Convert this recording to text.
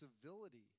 civility